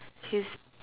his